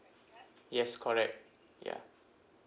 yes correct ya